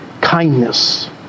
Kindness